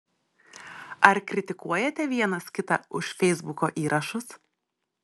ar kritikuojate vienas kitą už feisbuko įrašus